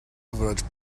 average